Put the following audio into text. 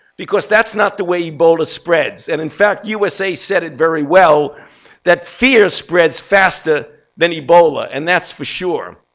because that's not the way ebola spreads. and, in fact, usa said it very well that fear spreads faster than ebola, and that's for sure.